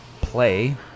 play